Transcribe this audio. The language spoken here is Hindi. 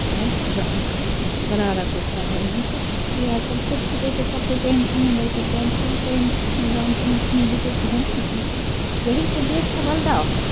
है गरारा कुर्ता है ये सब आजकल इसलिए आज कल छोटे छोटे से कपड़े पहनती है लड़कियां पेंट सर्ट पहनती हैं गाउन पहनती है ये कोई पहनना है यही तो देश का बदलाव है